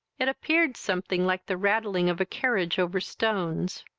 it appeared something like the rattling of a carriage over stones.